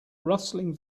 rustling